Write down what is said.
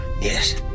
Yes